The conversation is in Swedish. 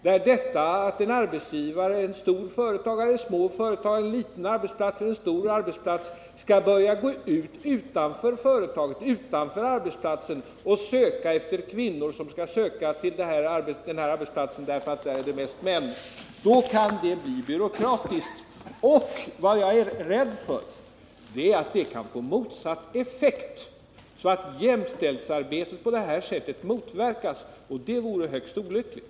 När en arbetsgivare — det må vara ett stort företag eller ett litet företag — skall gå ut utanför arbetsplatsen och söka efter kvinnor att anställa därför att det är mest män som arbetar i företaget, då kan det bli byråkratiskt. Jag är rädd för att det kan få motsatt effekt, att jämställdhetsarbetet på det sättet motverkas, och det vore högst olyckligt.